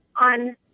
on